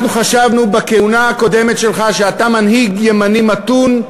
אנחנו חשבנו בכהונה הקודמת שלך שאתה מנהיג ימני מתון,